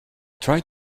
try